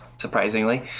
surprisingly